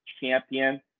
champion